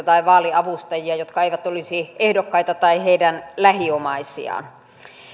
tai vaaliavustajia jotka eivät olisi ehdokkaita tai heidän lähiomaisiaan